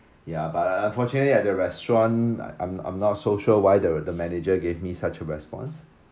ya but un~ unfortunately at the restaurant I'm I'm not so sure why the manager gave me such a response